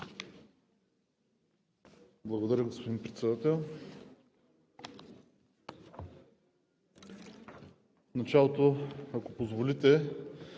Благодаря Ви, господин Председател. В началото, ако позволите,